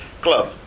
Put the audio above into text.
club